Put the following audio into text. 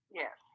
yes